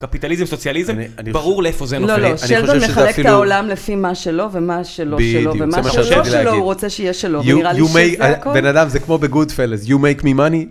קפיטליזם, סוציאליזם, ברור לאיפה זה נופל, אני חושב שזה אפילו... לא, לא, שלטון מחלק את העולם לפי מה שלו ומה שלא שלו, ומה שלא שלו הוא רוצה שיהיה שלו, ונראה לי שזה הכול... בן אדם זה כמו בגודפלס, You make me money.